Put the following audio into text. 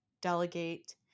delegate